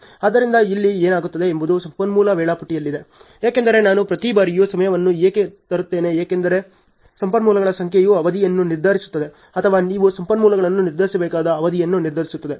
ಆದ್ದರಿಂದ ಇಲ್ಲಿ ಏನಾಗುತ್ತದೆ ಎಂಬುದು ಸಂಪನ್ಮೂಲ ವೇಳಾಪಟ್ಟಿಯಲ್ಲಿದೆ ಏಕೆಂದರೆ ನಾನು ಪ್ರತಿ ಬಾರಿಯೂ ಸಮಯವನ್ನು ಏಕೆ ತರುತ್ತೇನೆ ಏಕೆಂದರೆ ಸಂಪನ್ಮೂಲಗಳ ಸಂಖ್ಯೆಯು ಅವಧಿಯನ್ನು ನಿರ್ಧರಿಸುತ್ತದೆ ಅಥವಾ ನೀವು ಸಂಪನ್ಮೂಲಗಳನ್ನು ನಿರ್ಧರಿಸಬೇಕಾದ ಅವಧಿಯನ್ನು ನಿರ್ಧರಿಸುತ್ತದೆ